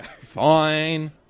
Fine